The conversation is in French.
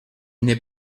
n’ai